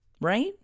right